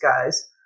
guys